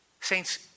Saints